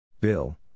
Bill